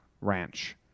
Ranch